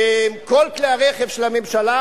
כל כלי הרכב של הממשלה,